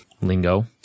lingo